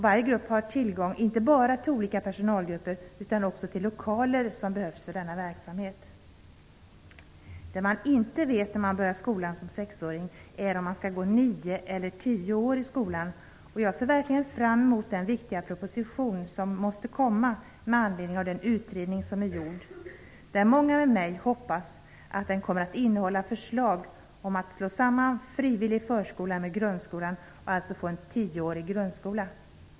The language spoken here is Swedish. Varje grupp har tillgång inte bara till olika personalgrupper utan också till lokaler som behövs för denna verksamhet. Det man inte vet när man börjar skolan som sexåring är om man skall gå nio eller tio år i skolan, och jag ser verkligen fram emot den viktiga proposition som måste komma med anledning av den utredning som är gjord. Många med mig hoppas att den kommer att innehålla förslag om att slå samman frivillig förskola med grundskolan och alltså skapa en tioårig grundskola.